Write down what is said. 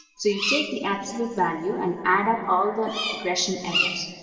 so you take the absolute value and add up all the regression errors.